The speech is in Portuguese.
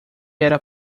era